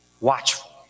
watchful